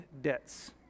debts